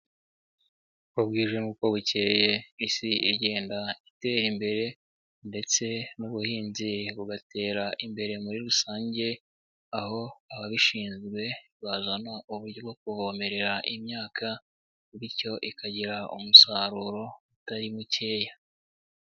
Uko bwije n'uko bukeye isi igenda itera imbere ndetse n'ubuhinzi bugatera imbere muri rusange, aho ababishinzwe bazana uburyo bwo kuvomererera imyaka, bityo ikagira umusaruro utari mukeya.